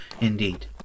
Indeed